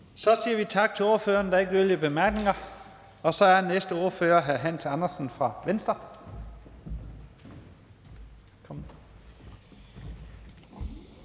Så siger vi tak til ordføreren. Der er ikke yderligere korte bemærkninger, og så er næste ordfører hr. Hans Andersen fra Venstre.